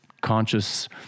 conscious